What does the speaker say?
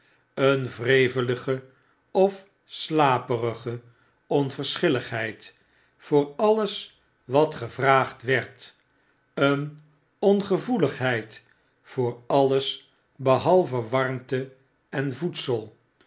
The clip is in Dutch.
een wrevelige of slaperige onverschilligheid voor alles wat gevraagd werd een ongevoeligheid voor alles behalve warmte en voedsel